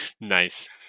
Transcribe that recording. Nice